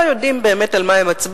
לא יודעים באמת על מה הם מצביעים,